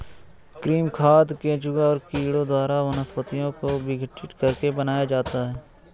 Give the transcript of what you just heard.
कृमि खाद केंचुआ और कीड़ों द्वारा वनस्पतियों को विघटित करके बनाया जाता है